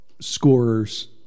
scorers